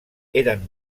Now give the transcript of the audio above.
eren